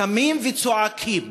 קמים וצועקים,